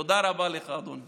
תודה רבה לך, אדוני.